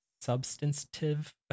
Substantive